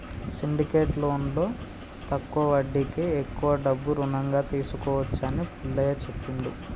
syndicate లోన్లో తక్కువ వడ్డీకే ఎక్కువ డబ్బు రుణంగా తీసుకోవచ్చు అని పుల్లయ్య చెప్పిండు